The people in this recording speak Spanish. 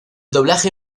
doblaje